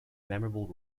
memorable